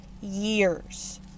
years